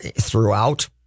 throughout